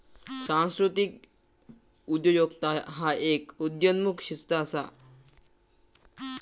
सांस्कृतिक उद्योजकता ह्य एक उदयोन्मुख शिस्त असा